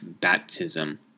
baptism